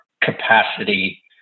capacity